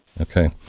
Okay